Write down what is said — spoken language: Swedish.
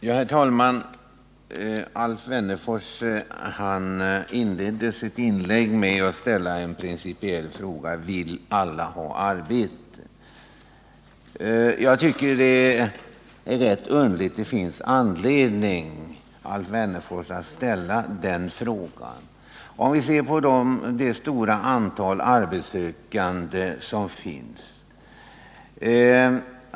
Herr talman! Alf Wennerfors inledde sitt inlägg med att ställa en principiell fråga: Vill alla ha arbete? Med tanke på det stora antal arbetssökande som finns tycker jag att det är underligt att Alf Wennerfors finner anledning att ställa den frågan.